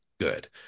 good